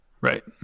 right